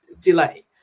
delay